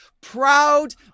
Proud